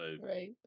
Right